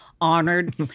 honored